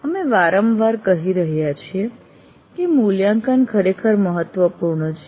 અમે વારંવાર કહી રહ્યા છીએ કે મૂલ્યાંકન ખરેખર મહત્વપૂર્ણ છે